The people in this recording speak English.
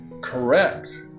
correct